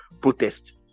protest